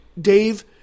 Dave